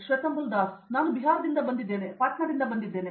ಶ್ವೇತಂಬುಲ್ ದಾಸ್ ನಾನು ಬಿಹಾರದಿಂದ ಬಂದಿದ್ದೇನೆ ನಾನು ಪಾಟ್ನಾದಿಂದ ಬಂದಿದ್ದೇನೆ